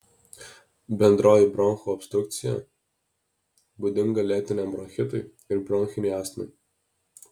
bendroji bronchų obstrukcija būdinga lėtiniam bronchitui ir bronchinei astmai